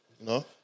no